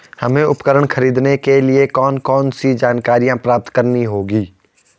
हमें उपकरण खरीदने के लिए कौन कौन सी जानकारियां प्राप्त करनी होगी?